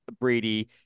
Brady